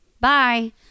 Bye